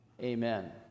amen